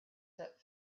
that